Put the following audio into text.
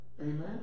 Amen